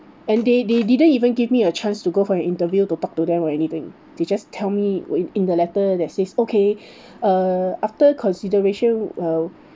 and they they didn't even give me a chance to go for an interview to talk to them or anything they just tell me w~ in the letter that says okay err after consideration uh